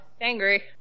angry